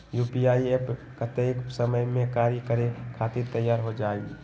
UPI app कतेइक समय मे कार्य करे खातीर तैयार हो जाई?